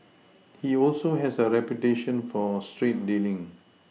he also has a reputation for straight dealing